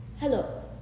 Hello